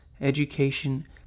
education